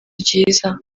ryiza